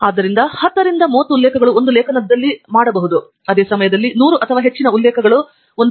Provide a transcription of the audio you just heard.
ಆದ್ದರಿಂದ 10 ರಿಂದ 30 ಉಲ್ಲೇಖಗಳು ಒಂದು ಲೇಖನದಲ್ಲಿ ಮಾಡಲ್ಪಡಬಹುದು ಅದೇ ಸಮಯದಲ್ಲಿ 100 ಅಥವಾ ಹೆಚ್ಚಿನ ಉಲ್ಲೇಖಗಳು ಪ್ರಮೇಯದಲ್ಲಿ ಮಾಡಲ್ಪಡುತ್ತವೆ